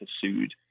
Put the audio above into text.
pursued